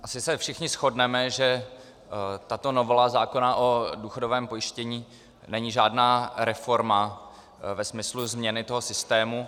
Asi se všichni shodneme, že tato novela zákona o důchodovém pojištění není žádná reforma ve smyslu změny systému.